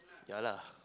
yeah lah